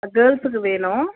ஆ கேர்ள்ஸ்க்கு வேணும்